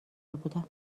بودم